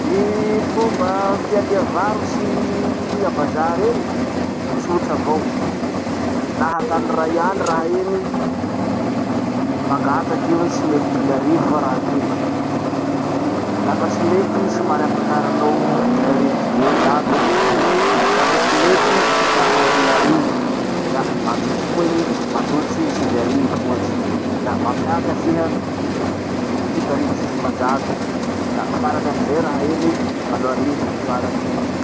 Gny fomba fialia varotsy ambazary eny, tsotra avao. Laha atany ray aly raha iny, mangataky iha hoe tsy mety dimy arivo va raha toy? Lafa tsy mety i, somary ampakarinao dimy arivo sy dimanjato, lafa tsy mety i ampakarinao enin'arivo. La manjotso koa i, manjotso sivy arivo ohatsy, la mampiakatsy iha fito arivo sy dimanjato; la farany amizay raha iny, valo arivo gny farany.